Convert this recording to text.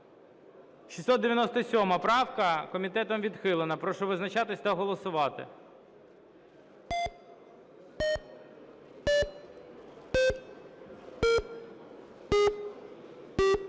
697 правка. Комітетом відхилена. Прошу визначатись та голосувати.